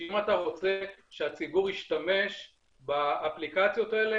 שאם אתה רוצה שהציבור ישתמש באפליקציות האלה,